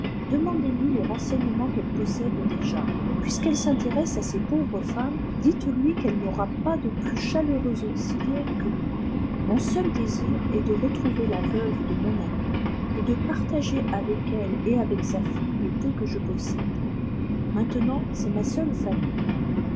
demandez-lui les renseignements qu'elle possède déjà puisqu'elle s'intéresse à ces pauvres femmes dites-lui qu'elle n'aura pas de plus chaleureux auxiliaire que moi mon seul désir est de retrouver la veuve de mon ami et de partager avec elle et avec sa fille le peu que je possède maintenant c'est ma seule famille